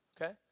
okay